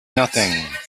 nothing